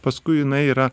paskui jinai yra